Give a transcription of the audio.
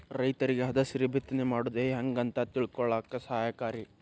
ರೈತರಿಗೆ ಹದಸರಿ ಬಿತ್ತನೆ ಮಾಡುದು ಹೆಂಗ ಅಂತ ತಿಳಕೊಳ್ಳಾಕ ಸಹಾಯಕಾರಿ